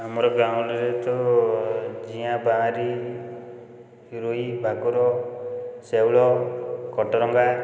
ଆମର ଗାଁରେ ତ ଜିଆଁ ବାଆରି ରୋହି ଭାକୁର ଶେଉଳ କଟରଙ୍ଗା